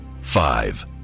Five